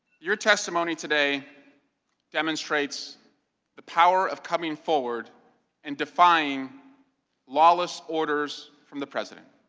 your testimony today demonstrates the power of coming forward in defining lawless orders from the president.